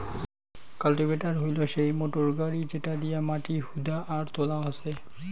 cultivator হইলো সেই motor গাড়ি যেটা দিয়া মাটি হুদা আর তোলা হসে